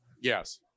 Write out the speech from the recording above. Yes